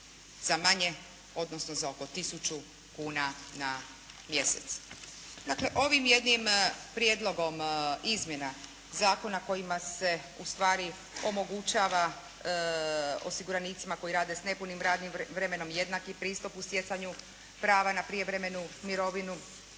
sa manje odnosno sa oko tisuću kuna na mjesec. Dakle, ovim jednim prijedlogom izmjena zakona kojima se ustvari omogućava osiguranicima koji rade s nepunim radnim vremenom jednaki pristup u stjecanju prava na prijevremenu mirovinu,